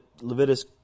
Leviticus